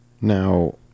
Now